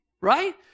right